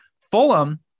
Fulham